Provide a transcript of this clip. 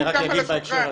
אני רק אגיד בהקשר הזה,